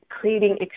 creating